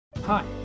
Hi